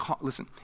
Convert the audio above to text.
listen